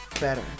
Better